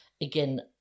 again